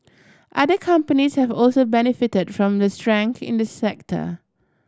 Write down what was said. other companies have also benefited from the strength in the sector